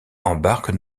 embarquent